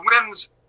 wins